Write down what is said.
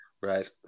Right